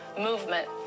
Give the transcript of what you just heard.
movement